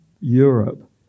Europe